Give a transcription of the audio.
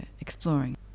exploring